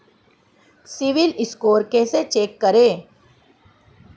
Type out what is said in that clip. CIBIL score कैसे check करें?